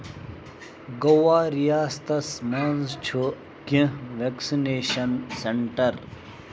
گَوا ریاستس مَنٛز چھُ کیٚنٛہہ وٮ۪کسِنیٚشن سینٹر